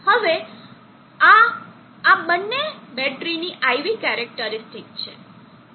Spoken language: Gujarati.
હવે આ આ બંને બેટરીની IV કેરેકટરીસ્ટીક છે